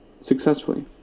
successfully